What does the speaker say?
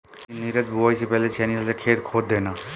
नीरज बुवाई से पहले छेनी हल से खेत खोद देना